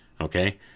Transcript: Okay